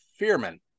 Fearman